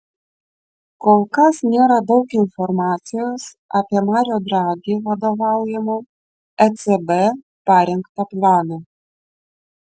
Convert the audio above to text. kol kas nėra daug informacijos apie mario dragi vadovaujamo ecb parengtą planą